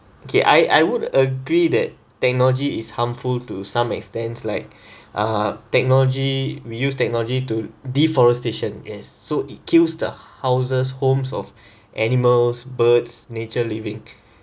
okay I I would agree that technology is harmful to some extent like uh technology we use technology to deforestation yes so it kills the houses homes of animals birds nature living